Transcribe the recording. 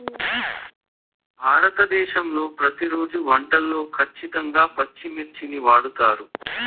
భారతదేశంలో ప్రతిరోజు వంటల్లో ఖచ్చితంగా పచ్చిమిర్చిని వాడుతారు